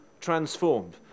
transformed